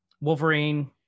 Wolverine